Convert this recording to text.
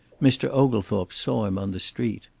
mr. oglethorpe saw him on the street.